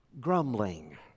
grumbling